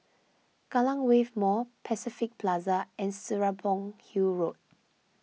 Kallang Wave Mall Pacific Plaza and Serapong Hill Road